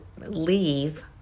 leave